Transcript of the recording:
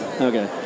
Okay